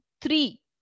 three